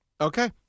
Okay